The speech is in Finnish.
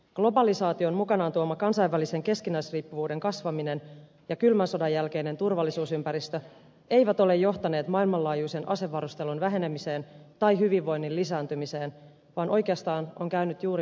globalisaation mukanaan tuoma kansainvälisen keskinäisriippuvuuden kasvaminen ja kylmän sodan jälkeinen turvallisuusympäristö eivät ole johtaneet maailmanlaajuisen asevarustelun vähenemiseen tai hyvinvoinnin lisääntymiseen vaan oikeastaan on käynyt juuri päinvastoin